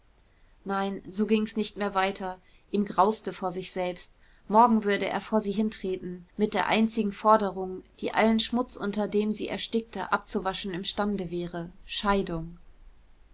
nein so ging's nicht mehr weiter ihm grauste vor sich selbst morgen würde er vor sie hintreten mit der einzigen forderung die allen schmutz unter dem er erstickte abzuwaschen imstande wäre scheidung